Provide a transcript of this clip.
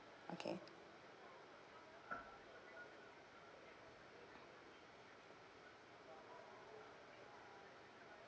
okay